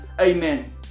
Amen